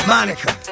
Monica